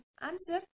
Answer